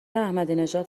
احمدینژاد